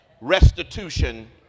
restitution